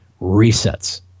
resets